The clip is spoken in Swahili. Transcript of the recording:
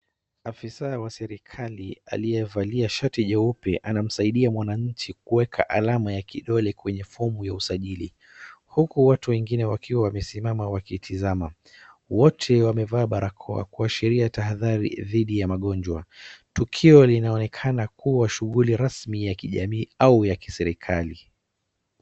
Afisa wa serikali aliyevalia shati jeupe anamsaidia mwananchi kuweka alama ya kidole kwenye fomu ya usajili huku watu wengine wakiwa wamesimama wakitizama. Wote wamevaa barakoa kuashiria tahadhari dhidi ya magonjwa. Tukio linaonekana kuwa shughuli rasmi ya kijamii au ya kiserikali.